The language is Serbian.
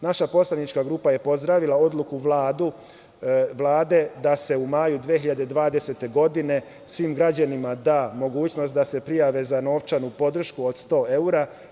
Naša poslanička grupa je pozdravila odluku Vlade da se u maju 2020. godine svim građanima da mogućnost da se prijave za novčanu podršku od 100 evra.